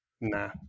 nah